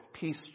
Peace